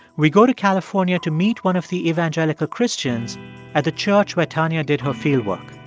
we go to california to meet one of the evangelical christians at the church where tanya did her fieldwork.